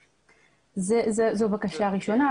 זו הבקשה הראשונה.